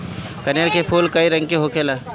कनेर के फूल कई रंग के होखेला